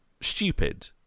stupid